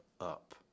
up